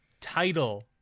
title